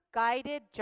guided